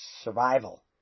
survival